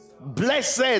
Blessed